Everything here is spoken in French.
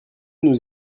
nous